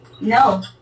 No